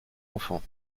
enfants